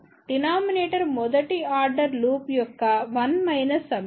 denominator మొదటి order loop యొక్క 1 minus summation